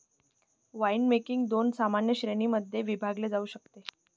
winemaking दोन सामान्य श्रेणीं मध्ये विभागले जाऊ शकते